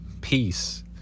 peace